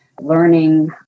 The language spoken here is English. learning